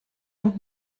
und